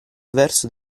verso